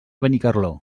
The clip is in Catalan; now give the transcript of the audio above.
benicarló